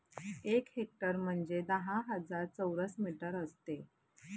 एक हेक्टर म्हणजे दहा हजार चौरस मीटर असते